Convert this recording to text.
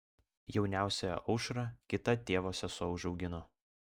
jauniausiąją aušrą kita tėvo sesuo užaugino